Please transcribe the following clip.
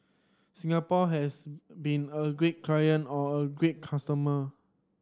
Singapore has been a great client or a great customer